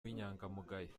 w’inyangamugayo